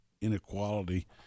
inequality